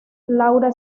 laura